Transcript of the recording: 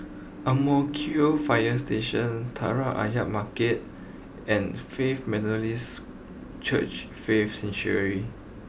Ang Mo Kio fire Station Telok Ayer Market and Faith Methodist Church Faith Sanctuary